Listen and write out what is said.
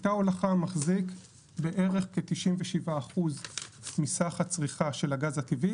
מקטע ההולכה מחזיק בערך כ-97% מסך הצריכה של הגז הטבעי